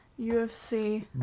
UFC